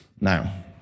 now